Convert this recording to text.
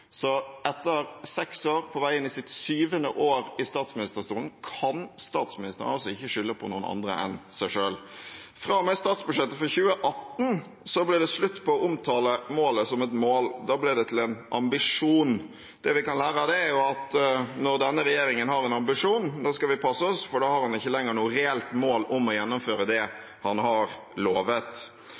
Etter seks år, på vei inn i sitt syvende år i statsministerstolen, kan statsministeren ikke skylde på noen andre enn seg selv. Fra og med statsbudsjettet for 2018 ble det slutt på å omtale målet som et mål, da ble det til en ambisjon. Det vi kan lære av det, er at når denne regjeringen har en ambisjon, da skal vi passe oss, for da har man ikke lenger noe reelt mål om å gjennomføre det man har lovet.